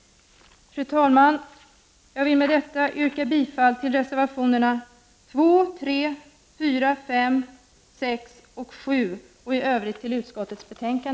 Fru talman! Jag vill med detta yrka bifall till reservationerna 2, 3, 4, 5, 6 och 7 och i övrigt till utskottets hemställan.